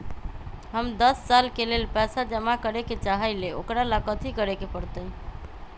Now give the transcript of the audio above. हम दस साल के लेल पैसा जमा करे के चाहईले, ओकरा ला कथि करे के परत?